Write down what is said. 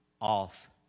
off